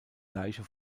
leiche